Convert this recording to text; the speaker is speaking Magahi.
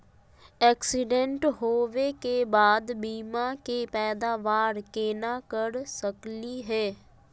एक्सीडेंट होवे के बाद बीमा के पैदावार केना कर सकली हे?